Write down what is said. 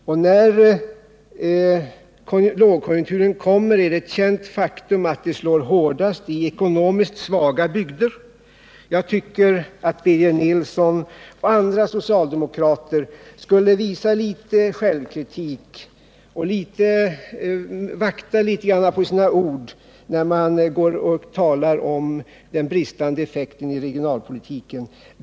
Och det är ett känt faktum att när lågkonjunkturen kommer slår den hårdast i ekonomiskt svaga bygder. Jag tycker att Birger Nilsson och andra socialdemokrater skulle visa litet självkritik och att de borde vakta på sina ord när de talar om den bristande effekten av regionalpolitiken.